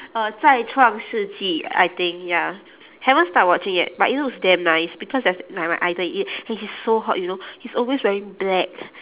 uh zai chuang shi ji I think ya haven't start watching yet but it looks damn nice because there's like my idol in it and he's so hot you know he's always wearing black